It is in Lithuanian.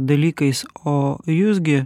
dalykais o jūs gi